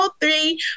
three